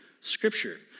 scripture